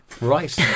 right